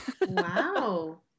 Wow